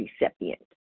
recipient